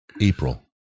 April